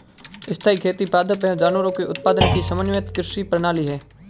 स्थाईं कृषि पादप एवं जानवरों के उत्पादन की समन्वित कृषि प्रणाली है